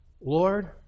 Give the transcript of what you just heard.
Lord